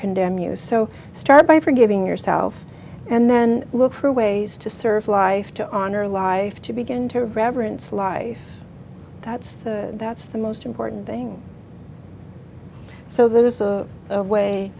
condemn you so start by forgiving yourself and then look for ways to serve life to honor life to begin to reverence life that's that's the most important thing so there's a a